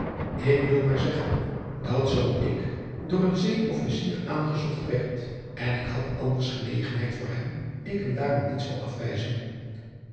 ik wil maar zeggen dat zoo ik door een zee officier aangezocht werd en ik had anders genegendheid voor hem ik hem daarom niet zou afwijzen